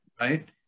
right